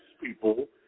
people